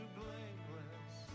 blameless